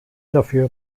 dafür